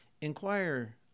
inquire